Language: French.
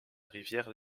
rivière